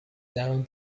down